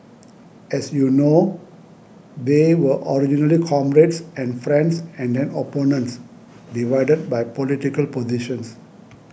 as you know they were originally comrades and friends and then opponents divided by political positions